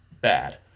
bad